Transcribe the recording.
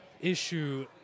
issue